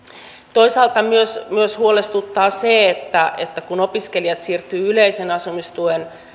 toisaalta myös myös huolestuttaa se että että kun opiskelijat siirtyvät yleisen asumistuen